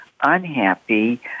unhappy